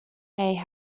hay